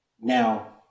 Now –